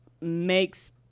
makes